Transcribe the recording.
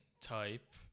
type